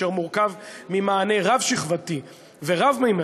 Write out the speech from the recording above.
אשר מורכב ממענה רב-שכבתי ורב-ממדי,